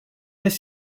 ist